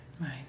Right